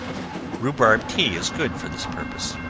rhubarb tea is good for this purpose.